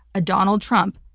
a donald trump,